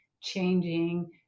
changing